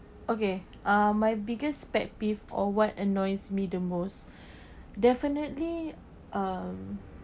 okay uh my biggest pet peeve or what annoys me the most definitely um